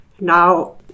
Now